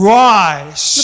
rise